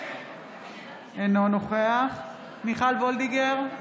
אינו נוכח מיכל וולדיגר,